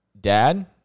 dad